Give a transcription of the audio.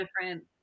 different